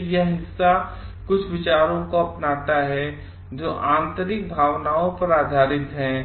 इसलिए यह हिस्सा कुछ विचारों को अपनाता है जो आंतरिक भावनाओं पर आधारित हैं